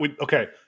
Okay